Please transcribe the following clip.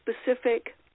specific